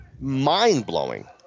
mind-blowing